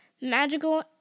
Magical